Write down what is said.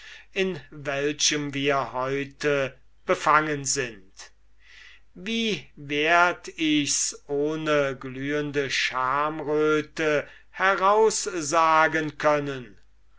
in welchem wir heute befangen sind wie werd ichs ohne glühende schamröte heraus sagen können